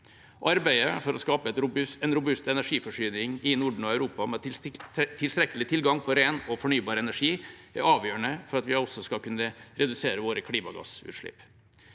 Arbeidet for å skape en robust energiforsyning i Norden og Europa med tilstrekkelig tilgang på ren og fornybar energi er avgjørende for at vi også skal kunne redusere våre klimagassutslipp.